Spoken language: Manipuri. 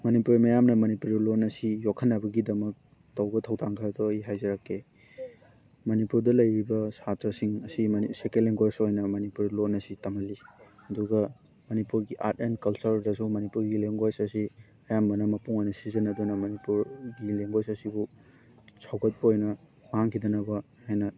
ꯃꯅꯤꯄꯨꯔ ꯃꯤꯌꯥꯝꯅ ꯃꯅꯤꯄꯨꯔꯤ ꯂꯣꯟ ꯑꯁꯤ ꯌꯣꯛꯈꯠꯅꯕꯒꯤꯗꯃꯛ ꯇꯧꯕ ꯊꯧꯗꯥꯡ ꯈꯔꯗꯣ ꯑꯩ ꯍꯥꯏꯖꯔꯛꯀꯦ ꯃꯅꯤꯄꯨꯔꯗ ꯂꯩꯔꯤꯕ ꯁꯥꯇ꯭ꯔꯥꯁꯤꯡ ꯑꯁꯤ ꯁꯦꯀꯦꯟ ꯂꯦꯡꯒ꯭ꯋꯣꯖ ꯑꯣꯏꯅ ꯃꯅꯤꯄꯨꯔ ꯂꯣꯟ ꯑꯁꯤ ꯇꯝꯍꯜꯂꯤ ꯑꯗꯨꯒ ꯃꯅꯤꯄꯨꯔꯒꯤ ꯑꯥꯔꯠ ꯑꯦꯟ ꯀꯜꯆꯔꯗꯁꯨ ꯃꯅꯤꯄꯨꯔꯒꯤ ꯂꯦꯡꯒ꯭ꯋꯣꯖ ꯑꯁꯤ ꯑꯌꯥꯝꯕꯅ ꯃꯄꯨꯡ ꯑꯣꯏꯅ ꯁꯤꯖꯟꯅꯗꯨꯅ ꯃꯅꯤꯄꯨꯔꯒꯤ ꯂꯦꯡꯒ꯭ꯋꯣꯖ ꯑꯁꯤꯕꯨ ꯁꯧꯒꯠꯄ ꯑꯣꯏꯅ ꯃꯥꯡꯈꯤꯗꯅꯕ ꯍꯥꯏꯅ